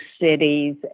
cities